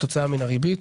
כתוצאה מן הריבית,